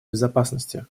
безопасности